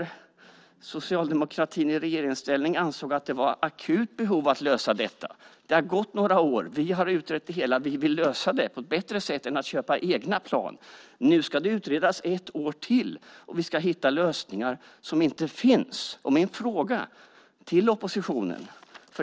Socialdemokraterna ansåg i regeringsställning att det var ett akut behov av att lösa detta. Det har gått några år. Vi har utrett det hela och vill lösa det på ett bättre sätt än att köpa egna plan. Nu ska det utredas ett år till, och vi ska hitta lösningar som inte finns. Jag har en fråga till oppositionen.